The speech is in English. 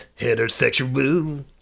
heterosexual